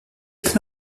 ich